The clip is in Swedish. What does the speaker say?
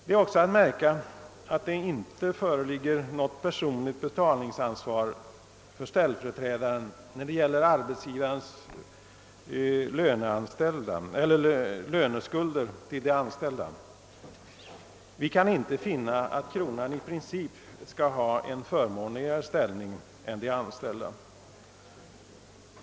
Det är också att märka att det inte föreligger något personligt betalningsansvar för ställföreträdaren när det gäller arbetsgivarens löneskuld till de anställda. Vi kan inte finna det rätt att kronan i princip skall ha en mera förmånlig ställning i det fallet.